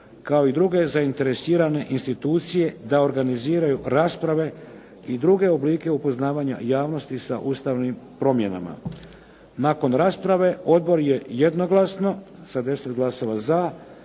kao i druge zainteresirane institucije da organiziraju rasprave i druge oblike upoznavanja javnosti sa ustavnim promjenama. Nakon rasprave odbor je jednoglasno sa 10 glasova za